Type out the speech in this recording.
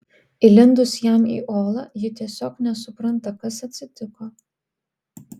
įlindus jam į olą ji tiesiog nesupranta kas atsitiko